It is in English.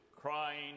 crying